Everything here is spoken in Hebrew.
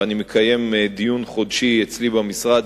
ואני מקיים דיון חודשי אצלי במשרד,